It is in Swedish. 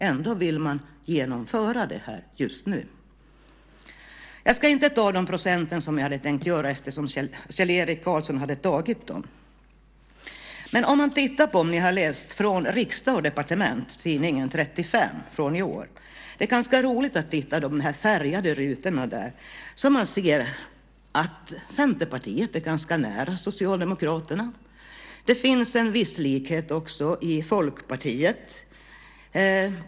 Ändå vill man genomföra detta just nu. Jag hade tänkt räkna upp ett antal procentsatser, men jag ska inte göra det eftersom Kjell-Erik Karlsson gjorde det. I nr 35 i år av tidningen Från Riksdag och Departement är det ganska intressant att titta på de färgade rutorna. Där framgår att Centerpartiet ligger ganska nära Socialdemokraterna. Det finns en viss likhet också med Folkpartiet.